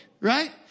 Right